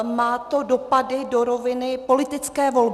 Má to dopady do roviny politické volby.